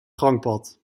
gangpad